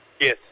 Yes